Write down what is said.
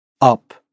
up